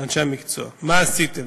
אנשי המקצוע: מה עשיתם?